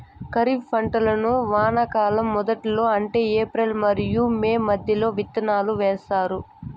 ఖరీఫ్ పంటలను వానాకాలం మొదట్లో అంటే ఏప్రిల్ మరియు మే మధ్యలో విత్తనాలు వేస్తారు